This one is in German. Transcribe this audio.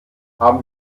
haben